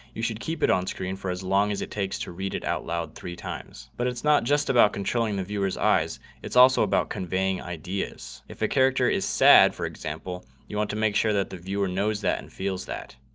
you should keep it on screen for as long as it takes to read it out loud three times. but it's not just about controlling the viewers eyes. it's also about conveying ideas. if a character is sad for example. you want to make sure that the viewer knows that and feels that.